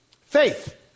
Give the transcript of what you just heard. Faith